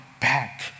back